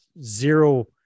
zero